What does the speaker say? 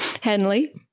Henley